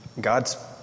God's